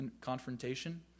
confrontation